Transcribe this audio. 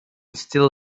still